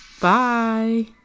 Bye